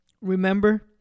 Remember